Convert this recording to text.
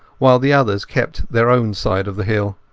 while the others kept their own side of the hill.